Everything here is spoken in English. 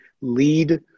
lead